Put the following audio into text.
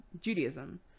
Judaism